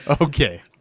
Okay